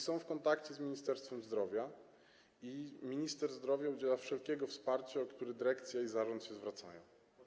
są w kontakcie z Ministerstwem Zdrowia i minister zdrowia udziela wszelkiego wsparcia, o które dyrekcja i zarząd się zwracają.